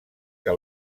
que